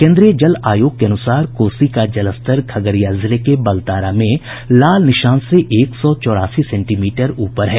केन्द्रीय जल आयोग के अनुसार कोसी का जलस्तर खगड़िया जिले के बलतारा में लाल निशान से एक सौ चौरासी सेंटीमीटर ऊपर है